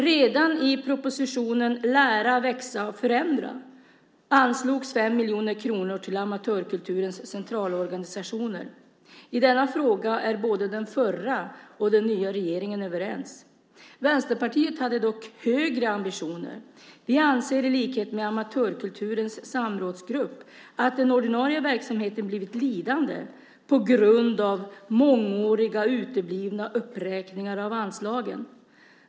Redan i propositionen Lära, växa, förändra anslogs 5 miljoner kronor till amatörkulturens centralorganisationer. I denna fråga är både den förra och den nya regeringen överens. Vänsterpartiet hade dock högre ambitioner. Vi anser i likhet med amatörkulturens samrådsgrupp att den ordinarie verksamheten blivit lidande på grund av mångåriga uteblivna uppräkningar av anslagen.